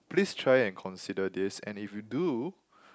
please try and consider this and if you do